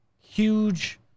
huge